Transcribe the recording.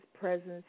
presence